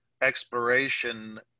exploration